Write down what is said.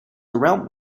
around